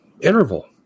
interval